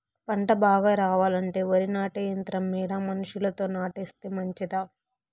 పంట బాగా రావాలంటే వరి నాటే యంత్రం మేలా మనుషులతో నాటిస్తే మంచిదా?